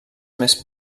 més